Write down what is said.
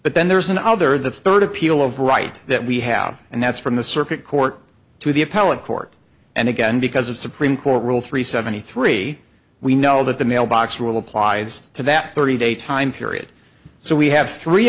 but then there's an other the third appeal of right that we have and that's from the circuit court to the appellate court and again because of supreme court rule three seventy three we know that the mailbox rule applies to that thirty day time period so we have three